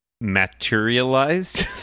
materialized